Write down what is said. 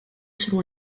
selon